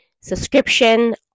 subscription